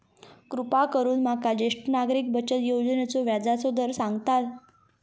कृपा करून माका ज्येष्ठ नागरिक बचत योजनेचो व्याजचो दर सांगताल